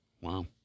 Wow